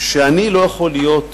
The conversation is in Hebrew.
שאני לא יכול להיות